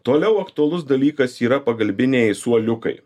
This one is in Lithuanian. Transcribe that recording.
toliau aktualus dalykas yra pagalbiniai suoliukai